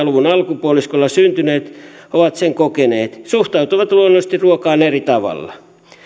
luvun alkupuoliskolla syntyneet ovat sen kokeneet suhtautuvat luonnollisesti ruokaan eri tavalla